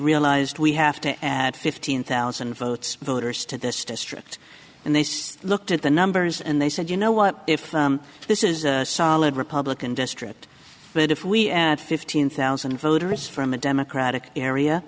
realized we have to add fifteen thousand votes voters to this district and they still looked at the numbers and they said you know what if this is a solid republican district but if we add fifteen thousand voters from a democratic area